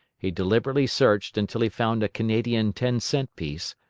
he deliberately searched until he found a canadian ten-cent piece,